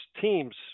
teams